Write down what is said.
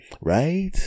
right